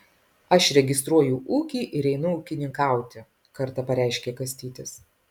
aš registruoju ūkį ir einu ūkininkauti kartą pareiškė kastytis